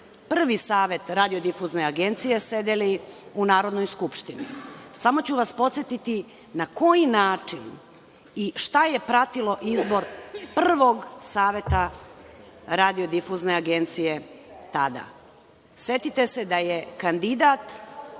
prvi Savet Radiodifuzne agencije, sedeli u Narodnoj skupštini. Samo ću vas podsetiti na koji način i šta je pratilo izbor prvog Saveta Radiodifuzne agencije tada. Setite se da je kandidat,